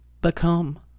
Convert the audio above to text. become